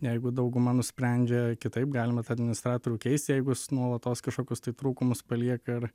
jeigu dauguma nusprendžia kitaip galima tą administratorių keist jeigu jis nuolatos kažkokius tai trūkumus palieka ir